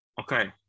Okay